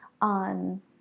on